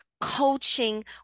coaching